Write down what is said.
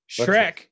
Shrek